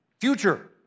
Future